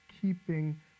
keeping